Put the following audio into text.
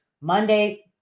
Monday